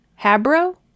Habro